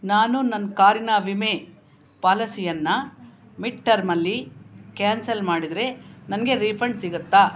ನಾನು ನನ್ನ ಕಾರಿನ ವಿಮೆ ಪಾಲಸಿಯನ್ನ ಮಿಡ್ ಟರ್ಮಲ್ಲಿ ಕ್ಯಾನ್ಸಲ್ ಮಾಡಿದರೆ ನನಗೆ ರೀಫಂಡ್ ಸಿಗುತ್ತಾ